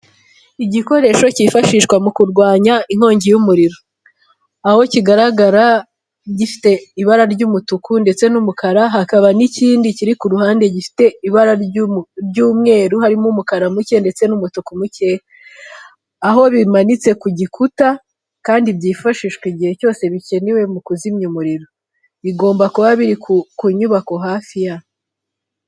Igikoresho cyifashishwa mu kurwanya inkongi y'umuriro. Aho kigaragara gifite ibara ry'umutuku ndetse n'umukara hakaba n'ikindi kiri ku ruhande gifite ibara ry'umweru harimo umukara muke ndetse n'umutuku muke. Aho bimanitse ku gikuta kandi byifashishwa igihe cyose bikenewe mu kuzimya umuriro bigomba kuba biri ku nyubako hafi ya.